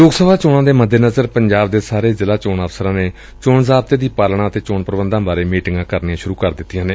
ਲੋਕ ਸਭਾ ਚੋਣਾਂ ਦੇ ਮੱਦੇਨਜ਼ਰ ਪੰਜਾਬ ਦੇ ਸਾਰੇ ਜ਼ਿਲਾ ਚੋਣ ਅਫ਼ਸਰਾਂ ਨੇ ਚੋਣ ਜ਼ਾਬਤੇ ਦੀ ਪਾਲਣਾ ਅਤੇ ਚੋਣ ਪ੍ਰਬੰਧਾਂ ਬਾਰੇ ਮੀਟਿੰਗਾਂ ਕਰਨੀਆਂ ਸੁਰੂ ਕਰ ਦਿੱਤੀਆਂ ਨੇ